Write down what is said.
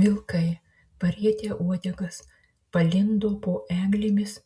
vilkai parietę uodegas palindo po eglėmis